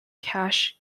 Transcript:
cash